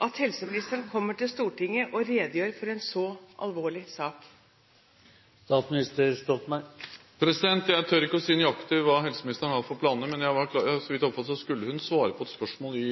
at helseministeren kommer til Stortinget og redegjør for en så alvorlig sak? Jeg tør ikke si nøyaktig hva helseministeren har for planer, men så vidt jeg har oppfattet, skulle hun svare på et spørsmål i